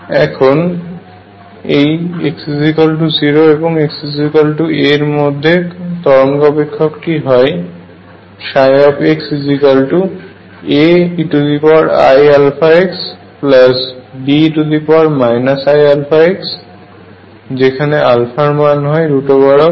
এখন এই x0 এবং xa এর মধ্যে তরঙ্গ অপেক্ষকটি হয় xAeiαxBe iαx যেখানে এর মান হয় 2mE2